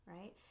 Right